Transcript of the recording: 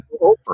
over